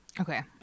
Okay